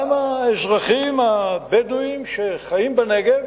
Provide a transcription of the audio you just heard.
גם האזרחים הבדואים שחיים בנגב